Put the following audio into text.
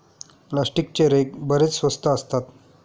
प्लास्टिकचे रेक बरेच स्वस्त असतात